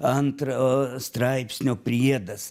antro straipsnio priedas